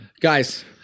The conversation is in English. Guys